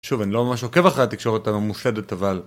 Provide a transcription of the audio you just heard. שוב, אני לא ממש עוקב אחרי התקשורת הממוסדת, אבל...